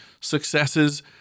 successes